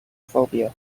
phobia